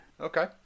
Okay